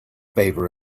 favor